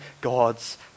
God's